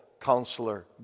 counselor